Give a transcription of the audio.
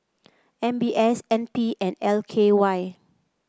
M B S N P and L K Y